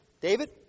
David